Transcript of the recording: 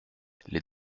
les